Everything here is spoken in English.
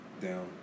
down